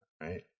right